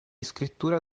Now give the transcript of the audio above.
scrittura